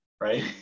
Right